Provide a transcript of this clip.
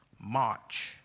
march